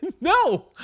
No